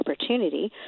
opportunity